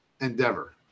endeavor